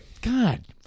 God